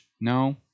No